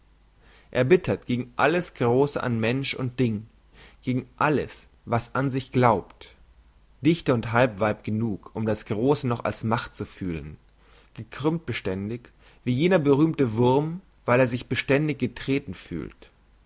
erbittert gegen alles grosse an mensch und ding gegen alles was an sich glaubt dichter und halbweib genug um das grosse noch als macht zu fühlen gekrümmt beständig wie jener berühmte wurm weil er sich beständig getreten fühlt